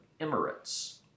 Emirates